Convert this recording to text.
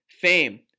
Fame